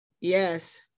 Yes